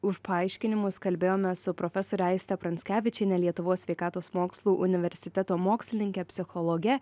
už paaiškinimus kalbėjome su profesore aiste pranckevičiene lietuvos sveikatos mokslų universiteto mokslininke psichologe